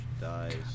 dies